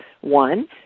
One